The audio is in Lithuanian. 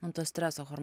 ant to streso horm